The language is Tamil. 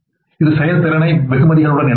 இது செயல்திறனை வெகுமதிகளுடன் இணைக்கிறது